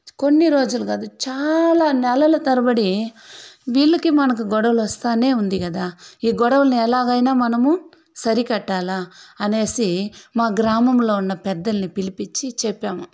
కొన్నిరోజులు కాదు చాలా నెలలు తరబడి వీళ్ళకి మనకు గొడవలు వస్తానే ఉంది కదా ఈ గొడవలను ఎలాగైనా మనము సరికట్టాల అనేసి మా గ్రామంలో ఉన్నపెద్దల్ని పిలిపించి చెప్పాము